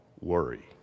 worry